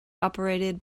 operated